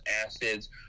acids